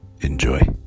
enjoy